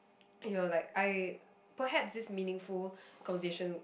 and you were like I perhaps this meaningful conversation